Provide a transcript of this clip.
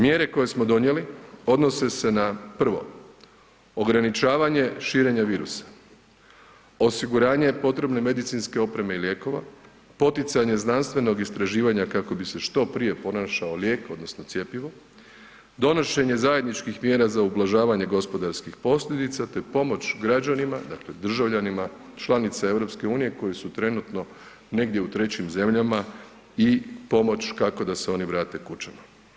Mjere koje smo donijeli odnose se na prvo, ograničavanje širenja virusa, osiguranje potrebne medicinske opreme i lijekova, poticanje znanstvenog istraživanja kako bi se što prije pronašao lijek odnosno cjepivo, donošenje zajedničkih mjera za ublažavanje gospodarskih posljedica, te pomoć građanima, dakle državljanima članice EU koje su trenutno negdje u trećim zemljama i pomoć kako da se oni vrate kućama.